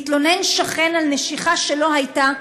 שכן מתלונן על נשיכה שלא הייתה,